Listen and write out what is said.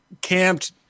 camped